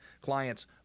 clients